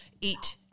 eat